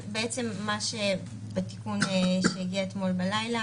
התיקון שהגיע אתמול בלילה,